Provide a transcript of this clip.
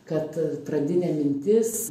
kad pradinė mintis